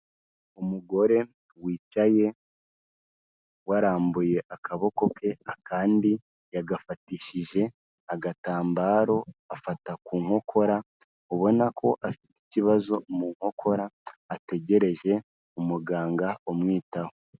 Umugore wicaye warambuye akaboko ke akandi yagafatishije agatambaro afata ku nkokora, ubona ko afite ikibazo mu nkokora ategereje umuganga umwitaho.